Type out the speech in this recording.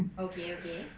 okay okay